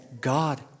God